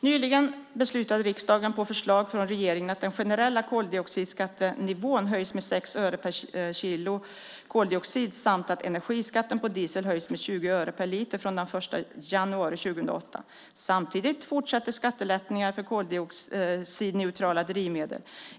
Nyligen beslutade riksdagen på förslag från regeringen att den generella koldioxidskattenivån höjs med 6 öre per kilo koldioxid samt att energiskatten på diesel höjs med 20 öre per liter från den 1 januari 2008. Samtidigt fortsätter skattelättnader för koldioxidneutrala drivmedel.